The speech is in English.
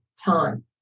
time